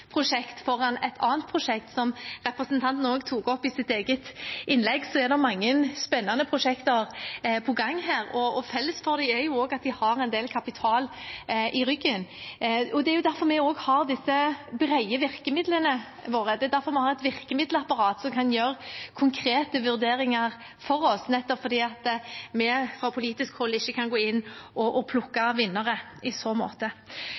prosjekt foran et annet prosjekt. Som representanten også tok opp i sitt innlegg, er det mange spennende prosjekter på gang her, og felles for dem er at de har en del kapital i ryggen. Det er derfor vi har disse brede virkemidlene våre, det er derfor vi har et virkemiddelapparat som kan gjøre konkrete vurderinger for oss, nettopp fordi vi fra politisk hold i så måte ikke kan gå inn og plukke